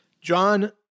John